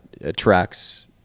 attracts